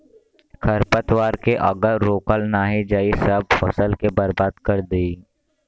खरपतवार के अगर रोकल नाही जाई सब फसल के बर्बाद कर देई